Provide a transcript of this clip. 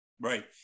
Right